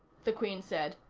the queen said.